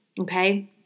okay